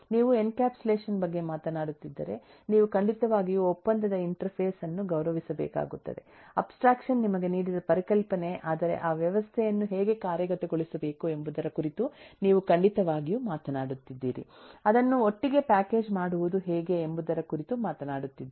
ನೀವು ಎನ್ಕ್ಯಾಪ್ಸುಲೇಷನ್ ಬಗ್ಗೆ ಮಾತನಾಡುತ್ತಿದ್ದರೆ ನೀವು ಖಂಡಿತವಾಗಿಯೂ ಒಪ್ಪಂದದ ಇಂಟರ್ಫೇಸ್ ಅನ್ನು ಗೌರವಿಸಬೇಕಾಗುತ್ತದೆ ಅಬ್ಸ್ಟ್ರಾಕ್ಷನ್ ನಿಮಗೆ ನೀಡಿದ ಪರಿಕಲ್ಪನೆ ಆದರೆ ಆ ವ್ಯವಸ್ಥೆಯನ್ನು ಹೇಗೆ ಕಾರ್ಯಗತಗೊಳಿಸಬೇಕು ಎಂಬುದರ ಕುರಿತು ನೀವು ಖಂಡಿತವಾಗಿ ಮಾತನಾಡುತ್ತಿದ್ದೀರಿ ಅದನ್ನು ಒಟ್ಟಿಗೆ ಪ್ಯಾಕೇಜ್ ಮಾಡುವುದು ಹೇಗೆ ಎಂಬುದರ ಕುರಿತು ಮಾತನಾಡುತ್ತಿದ್ದೀರಿ